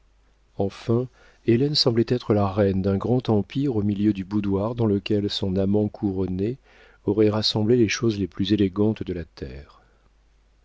enfin hélène semblait être la reine d'un grand empire au milieu du boudoir dans lequel son amant couronné aurait rassemblé les choses les plus élégantes de la terre